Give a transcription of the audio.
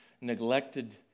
neglected